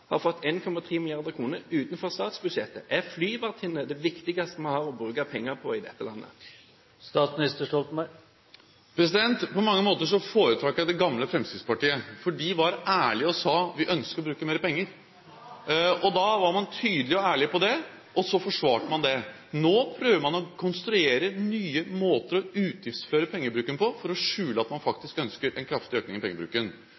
har fått 1,3 mrd. kr utenfor statsbudsjettet? Er flyvertinner det viktigste vi har å bruke penger på i dette landet? På mange måter foretrekker jeg det gamle Fremskrittspartiet, for de var ærlige og sa: Vi ønsker å bruke mer penger. Da var man tydelig og ærlig på det, og så forsvarte man det. Nå prøver man å konstruere nye måter å utgiftsføre pengebruken på for å skjule at man faktisk ønsker en kraftig økning i pengebruken.